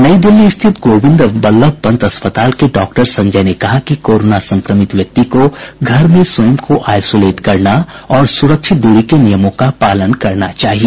नई दिल्ली स्थित गोविंद बल्लभ पंत अस्पताल के डॉक्टर संजय ने कहा कि कोरोना संक्रमित व्यक्ति को घर मे स्वयं को आइसोलेट करना और सुरिक्षत दूरी के नियमों का पालन करना चाहिए